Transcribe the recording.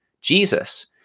Jesus